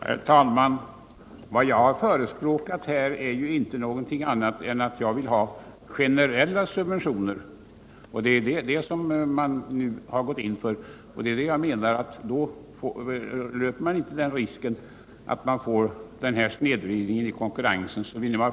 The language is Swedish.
Herr talman! Vad jag har förespråkat är inte någonting annat än att jag vill ha generella subventioner. Detta har man nu gått in för, och då löper vi inte risken att få denna snedvridning av konkurrensen.